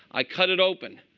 i cut it open.